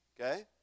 okay